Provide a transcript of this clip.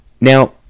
Now